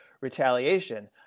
retaliation